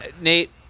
Nate